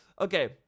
Okay